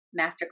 Masterclass